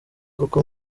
koko